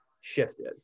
shifted